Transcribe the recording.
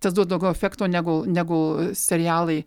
tas duos daugiau efekto negu negu serialai